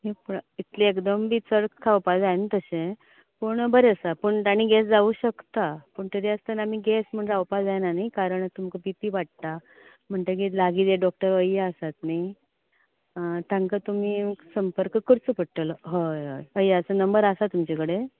इतलें एकदम बी चड खावपा जायना तशें पूण बरें आसा पूण आनी गॅस जावंक शकता पूण तरी आसताना आमी गॅस म्हूण रावपा जायना नी कारण आत तुमकां बी पी वाडटा म्हण्टकीत लागीं जे डॉक्टर अय्या आसात नी ताका तुमी संपर्क करचो पडटलो हय हय अय्याचो नंबर आसा नी तुमचे कडेन